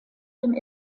dem